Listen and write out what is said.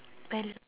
I know